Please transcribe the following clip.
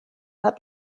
hat